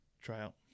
tryout